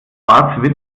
schwarze